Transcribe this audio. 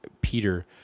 Peter